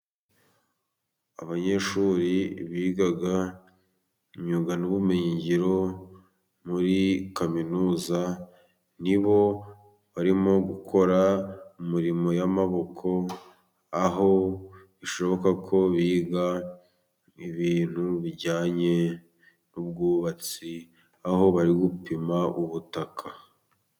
Abanyeshuri biga imyuga n'ubumenyingiro muri kaminuza, nibo barimo gukora imirimo y'amaboko, aho bishoboka ko biga ibintu bijyanye n'ubwubatsi, aho bari gupima ubutaka.